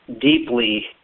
deeply